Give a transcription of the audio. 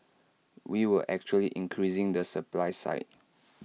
we were actually increasing the supply side